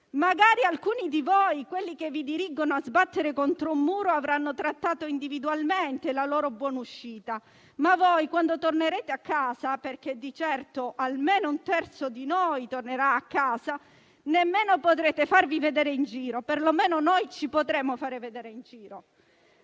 Magari alcuni di voi, quelli che vi dirigono a sbattere contro un muro, avranno trattato individualmente la loro buonuscita. Ma voi, quando tornerete a casa - di certo almeno un terzo di noi tornerà a casa - nemmeno potrete farvi vedere in giro. Perlomeno noi ci potremo far vedere in giro.